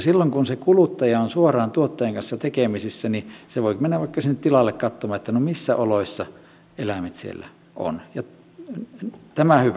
silloin kun se kuluttaja on suoraan tuottajan kanssa tekemisissä niin se voi mennä vaikka sinne tilalle katsomaan missä oloissa eläimet siellä ovat ja tämä on hyvä